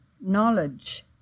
knowledge